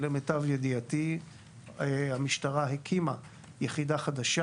למיטב ידיעתי המשטרה הקימה יחידה חדשה